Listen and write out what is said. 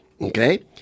okay